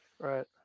Right